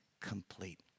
complete